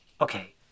Okay